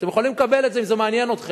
אתם יכולים לקבל את זה אם זה מעניין אתכם: